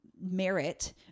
merit